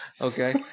okay